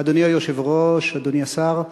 אדוני היושב-ראש, אדוני השר,